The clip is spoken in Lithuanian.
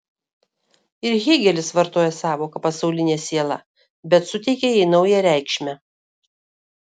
ir hėgelis vartoja sąvoką pasaulinė siela bet suteikia jai naują reikšmę